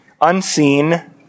unseen